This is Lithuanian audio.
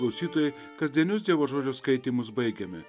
klausytojai kasdienius dievo žodžio skaitymus baigiame